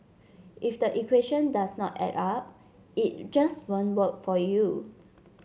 if the equation does not add up it just won't work for you